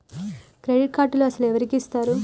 Credit కార్డులు అసలు ఎవరికి ఇస్తారు?